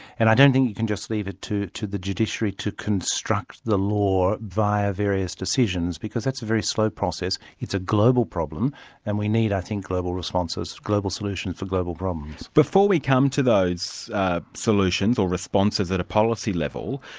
and i don't think you can just leave it to to the judiciary to construct the law via various decisions, because that's a very slow process. it's a global problem and we need i think global responses, global solutions to global problems. before we come to those solutions or responses at a policy level,